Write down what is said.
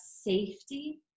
safety